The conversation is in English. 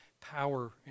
power